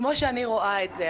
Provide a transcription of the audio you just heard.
שאני רואה את זה,